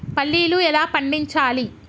పల్లీలు ఎలా పండించాలి?